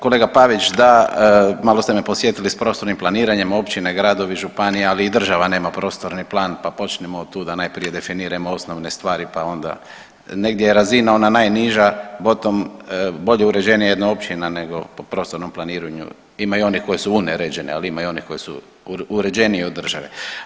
Kolega Pavić da, malo ste me podsjetili s prostornim planiranjem općine, gradovi i županije, ali i država nema prostorni plan pa počnimo od tuda, najprije definirajmo osnovne stvari pa onda negdje je razina ona najniža … bolje uređenija jedna općina nego po prostornom planiranju, imaju i onih koji su uneređenije, ali ima i onih koje su uređenije od države.